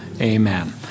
amen